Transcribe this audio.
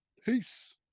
Peace